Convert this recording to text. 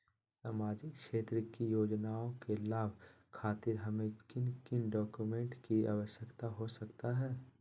सामाजिक क्षेत्र की योजनाओं के लाभ खातिर हमें किन किन डॉक्यूमेंट की आवश्यकता हो सकता है?